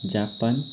Japan